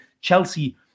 Chelsea